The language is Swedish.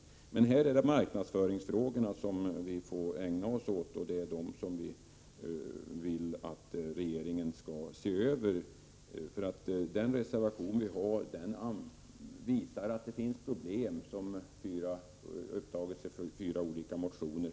Men det är alltså marknadsföringsfrågorna som vi får ägna oss åt och som vi vill att regeringen skall se över. I vår reservation pekar vi på problem som har uppmärksammats i fyra olika motioner.